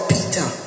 Peter